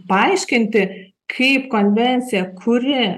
paaiškinti kaip konvencija kuri